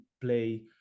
play